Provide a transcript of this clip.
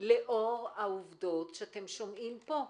לאור העובדות שאתם שומעים פה.